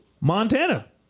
Montana